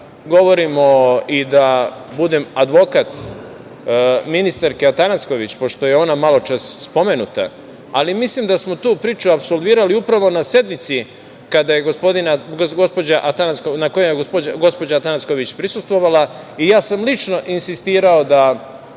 govorim i da budem advokat ministarke Atanasković, pošto je ona maločas spomenuta, ali mislim da smo tu priču apsolvirali upravo na sednici na kojoj je gospođa Atanasković prisustvovala i ja sam lično insistirao da